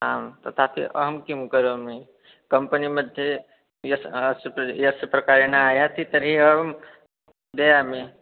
आं तथा चेत् अहं किं करोमि कम्पनि मध्ये यस्य सु्प्रज् येन प्रकारेण आयाति तर्हि अहं ददामि